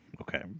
okay